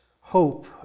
hope